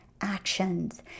actions